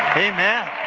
amen.